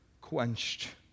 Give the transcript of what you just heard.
quenched